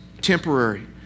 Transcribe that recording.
temporary